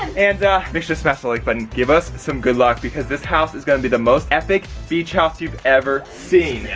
and and make sure to smash the like button. give us some good luck, because this house is gonna be the most epic beach house you've ever seen. yeah